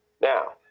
Now